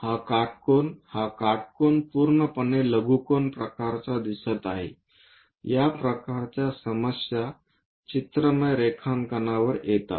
हा काटकोन हा काटकोन पूर्णपणे लघुकोन प्रकारचे दिसत आहे या प्रकारच्या समस्या चित्रमय रेखांकनावर येतात